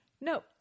no